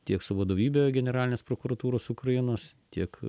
tiek su vadovybe generalinės prokuratūros ukrainos tiek